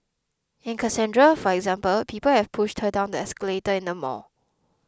and Cassandra for example people have pushed her down the escalator in the mall